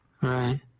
Right